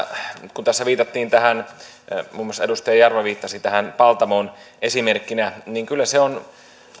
kun tässä muun muassa edustaja jarva viittasi tähän paltamoon esimerkkinä että kyllä se on